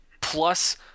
plus